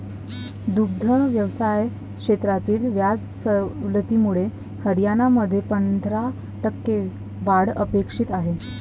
दुग्ध व्यवसाय क्षेत्रातील व्याज सवलतीमुळे हरियाणामध्ये पंधरा टक्के वाढ अपेक्षित आहे